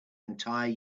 entire